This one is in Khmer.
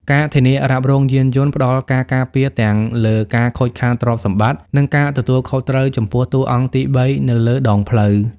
ការធានារ៉ាប់រងយានយន្ត ផ្ដល់ការការពារទាំងលើការខូចខាតទ្រព្យសម្បត្តិ និងការទទួលខុសត្រូវចំពោះតួអង្គទីបីនៅលើដងផ្លូវ។